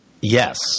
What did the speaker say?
Yes